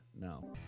no